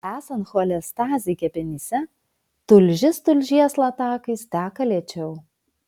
esant cholestazei kepenyse tulžis tulžies latakais teka lėčiau